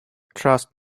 trust